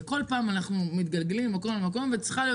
כל פעם אנחנו מתגלגלים ממקום למקום וצריכה להיות